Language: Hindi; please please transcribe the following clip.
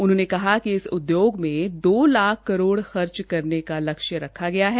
उन्होंने कहा कि इस उद्योगा में दो लाख करोड़ खर्च करने का लक्ष्य रखा गया है